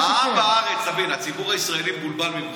האם בארץ, תבין, הציבור הישראלי מבולבל ממך.